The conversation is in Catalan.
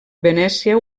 venècia